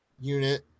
unit